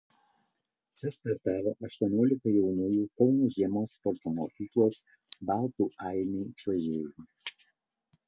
čia startavo aštuoniolika jaunųjų kauno žiemos sporto mokyklos baltų ainiai čiuožėjų